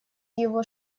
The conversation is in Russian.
его